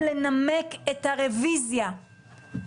בהנמקת הסתייגויות,